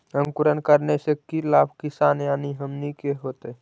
अंकुरण करने से की लाभ किसान यानी हमनि के होतय?